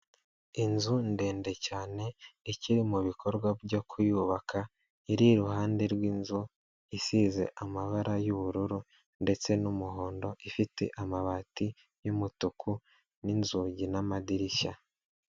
Inzu ndende cyane ikiri mu bikorwa byo kuyubaka, iri iruhande rw'inzu isize amabara y'ubururu ndetse n'umuhondo, ifite amabati y'umutuku, n'inzugi n'amadirishya.